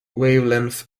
wavelength